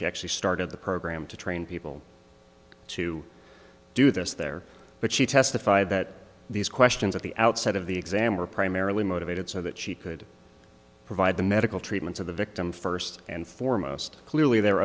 she actually started the program to train people to do this there but she testified that these questions at the outset of the exam were primarily motivated so that she could provide the medical treatment of the victim first and foremost clearly there are